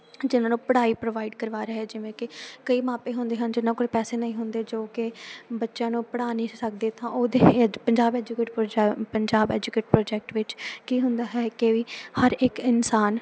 ਜਿਹਨਾਂ ਨੂੰ ਪੜ੍ਹਾਈ ਪ੍ਰੋਵਾਈਡ ਕਰਵਾ ਰਿਹਾ ਜਿਵੇਂ ਕਿ ਕਈ ਮਾਪੇ ਹੁੰਦੇ ਹਨ ਜਿਹਨਾਂ ਕੋਲ ਪੈਸੇ ਨਹੀਂ ਹੁੰਦੇ ਜੋ ਕਿ ਬੱਚਿਆਂ ਨੂੰ ਪੜ੍ਹਾ ਨਹੀਂ ਸੀ ਸਕਦੇ ਤਾਂ ਉਹਦੇ ਐਜ Punjab educate project Punjab educate project ਵਿੱਚ ਕੀ ਹੁੰਦਾ ਹੈ ਕਿ ਵੀ ਹਰ ਇੱਕ ਇਨਸਾਨ